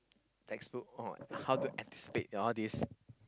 textbook or how to anticipate all these